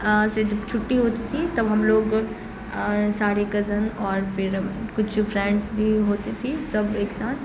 سے جب چھٹی ہوتی تھی تب ہم لوگ سارے کزن اور پھر کچھ فرینڈس بھی ہوتی تھی سب ایک ساتھ